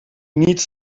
needs